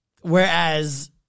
Whereas